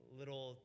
little